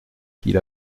qu’il